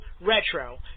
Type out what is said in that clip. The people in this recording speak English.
Retro